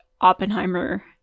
Oppenheimer